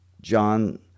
John